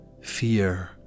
Fear